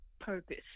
purpose